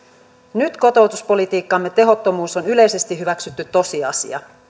nyt kotoutuspolitiikkamme tehottomuus on yleisesti hyväksytty tosiasia